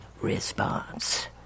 response